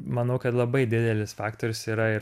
manau kad labai didelis faktorius yra ir